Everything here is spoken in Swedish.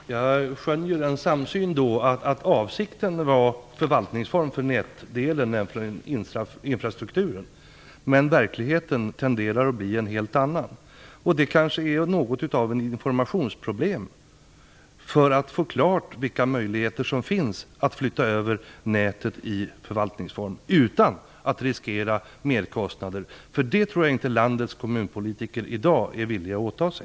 Fru talman! Jag skönjer här en samsyn. Avsikten var att ha en förvaltningsform för nätdelen, dvs. infrastrukturen. Men verkligheten tenderar att bli en helt annan. Det kanske är något av ett informationsproblem. Man måste få klart för sig vilka möjligheter som finns att flytta över nätet i förvaltningsform utan att riskera merkostnader. Det tror jag inte landets kommunpolitiker i dag är villiga att åta sig.